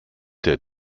der